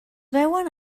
veuen